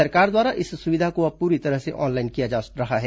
सरकार द्वारा इस सुविधा को अब पूरी तरह से ऑनलाइन किया जा रहा है